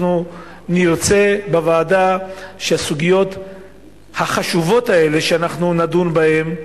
אנחנו נרצה בוועדה שהסוגיות החשובות האלה שנדון בהן,